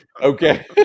Okay